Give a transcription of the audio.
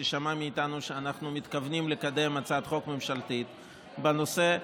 כששמע מאיתנו שאנחנו מתכוונים לקדם הצעת חוק ממשלתית בנושא,